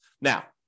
Now